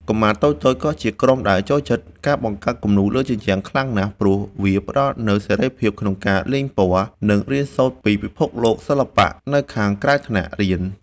កុមារតូចៗ ក៏ជាក្រុមដែលចូលចិត្តការបង្កើតគំនូរលើជញ្ជាំងខ្លាំងណាស់ ព្រោះវាផ្ដល់នូវសេរីភាពក្នុងការលេងពណ៌ និងរៀនសូត្រពីពិភពសិល្បៈនៅខាងក្រៅថ្នាក់រៀន។